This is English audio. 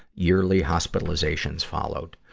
yearly hospitalizations followed.